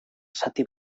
zati